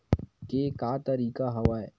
के का तरीका हवय?